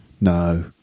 No